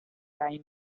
time